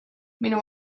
minu